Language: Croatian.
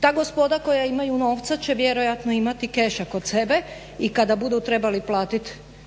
ta gospoda koja imaju novca će vjerojatno imati keša kod sebe i kada budu trebali platiti